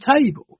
table